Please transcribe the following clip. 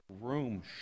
room